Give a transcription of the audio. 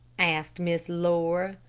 asked miss laura.